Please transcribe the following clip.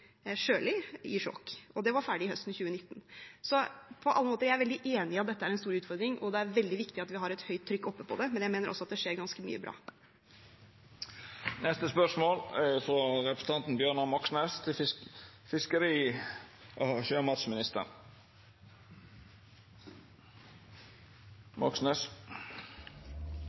Det var ferdig høsten 2019. På alle måter er jeg veldig enig i at dette er en stor utfordring, og det er veldig viktig at vi har et høyt trykk på det. Men jeg mener også at det skjer ganske mye bra.